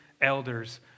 elders